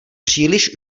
příliš